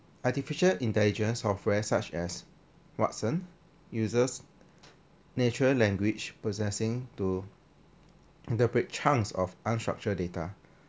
artificial intelligence software such as watson uses natural language processing to interpret chunks of unstructured data